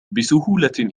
بسهولة